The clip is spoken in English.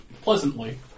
pleasantly